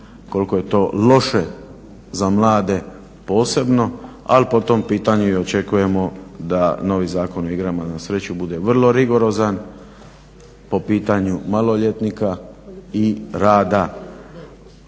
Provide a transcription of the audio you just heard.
koliko je to loše za mlade posebno. Ali po tom pitanju i očekujemo da novi Zakon o igrama na sreću bude vrlo rigorozan po pitanju maloljetnika i rada onih koji